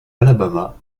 alabama